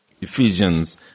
Ephesians